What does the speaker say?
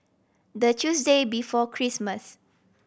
the Tuesday before Christmas